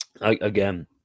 Again